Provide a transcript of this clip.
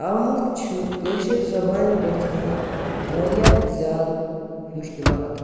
اَوٕمۄکھٕ چھِ کٲشٕر زبانہِ گَژھان واریاہ زیادٕ مُشکِلات